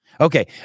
Okay